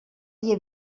dia